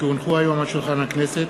כי הונחו היום על שולחן הכנסת,